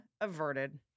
averted